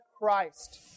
Christ